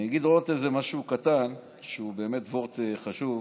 אני אגיד עוד איזה משהו קטן, שהוא באמת וורט חשוב,